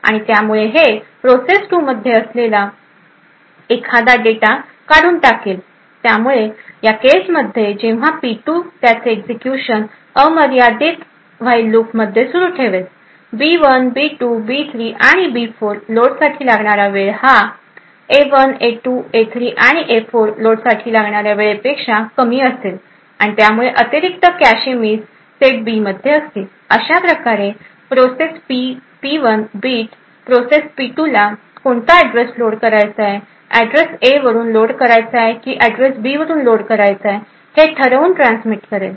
आणि त्यामुळे हे प्रोसेस टू मध्ये असलेला एखादा डेटा काढून टाकेल त्यामुळे या केस मध्ये जेव्हा पी 2 त्याचे एक्झिक्युशन अमर्यादित व्हाईल लूप मध्ये सुरू ठेवेल बी1बी2 बी3 आणि बी4 लोडसाठी लागणारा वेळ हा ए1 ए2 ए3 आणि ए4 लोडसाठी लागणाऱ्या वेळेपेक्षा कमी असेल आणि त्यामुळे अतिरिक्त कॅशे मिस सेट बी मध्ये असतील अशाप्रकारे process P 1 bit process P 2 ला कोणता ऍड्रेस लोड करायचा ऍड्रेस ए वरून लोड करायचा की ऍड्रेस बी वरून लोड करायचा हे ठरवून ट्रान्समिट करेल